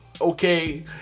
okay